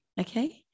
okay